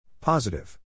Positive